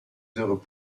heures